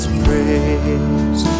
praise